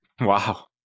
Wow